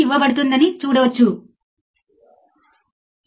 నేను ఇక్కడ వ్రాస్తాను